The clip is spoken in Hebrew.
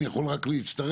אני יכול רק להצטרף,